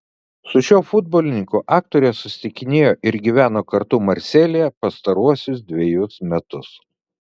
su šiuo futbolininku aktorė susitikinėjo ir gyveno kartu marselyje pastaruosius dvejus metus